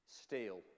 steel